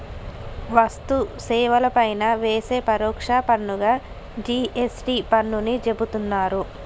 వస్తు సేవల పైన వేసే పరోక్ష పన్నుగా జి.ఎస్.టి పన్నుని చెబుతున్నరు